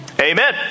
Amen